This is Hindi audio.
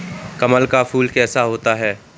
कमल का फूल कैसा होता है?